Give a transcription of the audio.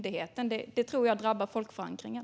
Det tror jag drabbar folkförankringen.